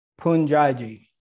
Punjaji